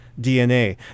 DNA